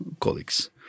colleagues